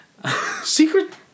Secret